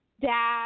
dad